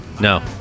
No